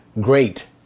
great